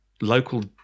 local